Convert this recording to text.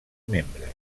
membres